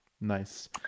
Nice